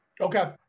Okay